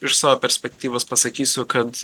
iš savo perspektyvos pasakysiu kad